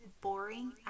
boring